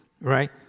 right